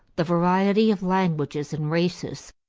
the variety of languages and races,